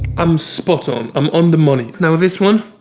i'm spot on. i'm on the money. now this one.